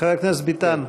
חבר הכנסת ביטן,